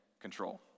control